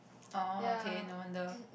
oh okay no wonder